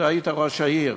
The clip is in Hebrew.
אתה היית ראש עיר,